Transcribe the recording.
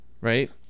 right